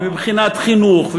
ומבחינת חינוך,